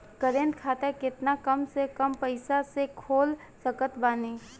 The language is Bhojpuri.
करेंट खाता केतना कम से कम पईसा से खोल सकत बानी?